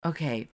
Okay